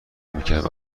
میکرد